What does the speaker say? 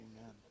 amen